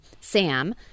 Sam